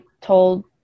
told